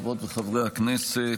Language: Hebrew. חברות וחברי הכנסת,